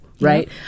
Right